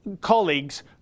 colleagues